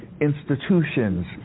institutions